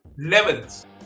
levels